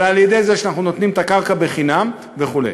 אבל על-ידי זה שאנחנו נותנים את הקרקע בחינם וכו'.